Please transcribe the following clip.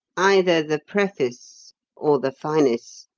either the preface or the finis,